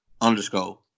underscore